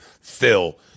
Phil